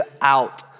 out